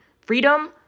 freedom